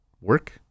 work